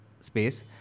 space